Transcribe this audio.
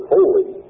Holy